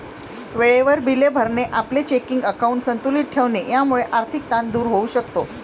वेळेवर बिले भरणे, आपले चेकिंग अकाउंट संतुलित ठेवणे यामुळे आर्थिक ताण दूर होऊ शकतो